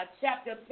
chapter